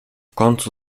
końcu